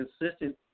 consistent